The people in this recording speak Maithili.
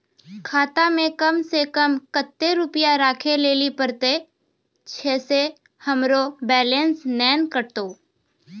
खाता मे कम सें कम कत्ते रुपैया राखै लेली परतै, छै सें हमरो बैलेंस नैन कतो?